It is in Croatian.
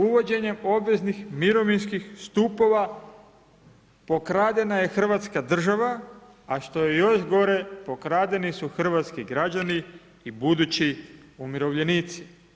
Uvođenjem obveznih mirovinskih stupova pokradena je hrvatska država, a što je još gore, pokradeni su hrvatski građani i budući umirovljenici.